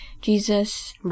Jesus